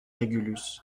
régulus